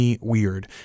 weird